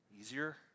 easier